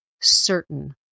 certain